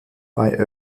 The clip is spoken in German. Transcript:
bei